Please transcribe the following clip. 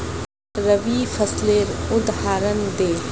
रवि फसलेर उदहारण दे?